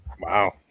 Wow